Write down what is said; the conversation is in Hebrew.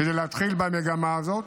כדי להתחיל במגמה הזאת